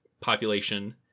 population